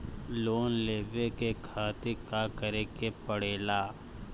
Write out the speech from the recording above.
Loan लेवे के खातिर का करे के पड़ेला?